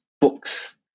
books